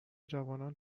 جوانان